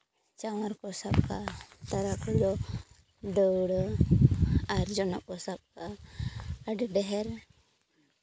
ᱪᱟᱣᱟᱨ ᱠᱚ ᱥᱟᱵ ᱠᱟᱜᱼᱟ ᱛᱟᱨᱟ ᱠᱚᱫᱚ ᱫᱟᱹᱣᱲᱟᱹ ᱟᱨ ᱡᱚᱱᱚᱜ ᱠᱚ ᱥᱟᱵ ᱠᱚᱜᱼᱟ ᱟᱹᱰᱤ ᱰᱷᱮᱨ